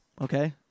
Okay